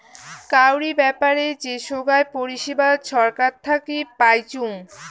কাউরি ব্যাপারে যে সোগায় পরিষেবা ছরকার থাকি পাইচুঙ